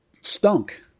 stunk